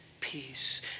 peace